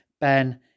Ben